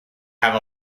have